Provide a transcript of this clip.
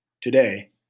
Today